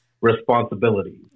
responsibility